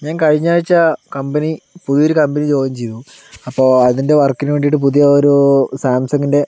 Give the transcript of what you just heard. ഞാൻ കഴിഞ്ഞാഴ്ച്ച കമ്പനി പുതിയൊരു കമ്പനീ ജോയിൻ ചെയ്തു അപ്പൊൾ അതിൻ്റെ വർക്കിന് വേണ്ടീട്ട് പുതിയ ഒരു സാംസൻഗിൻ്റെ